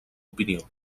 opinió